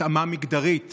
התאמה מגדרית